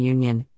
Union